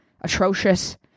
atrocious